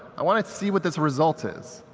i want to see what this result is.